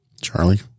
Charlie